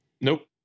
Nope